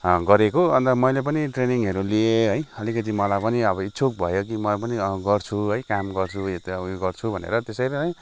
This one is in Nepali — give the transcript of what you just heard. गरेको अन्त मैले पनि ट्रेनिङहरू लिएँ है अलिकति मलाई पनि अब इच्छुक भयो कि म पनि अँ गर्छु है काम गर्छु यता उयो गर्छु भनेर त्यसैले है